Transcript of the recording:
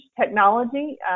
technology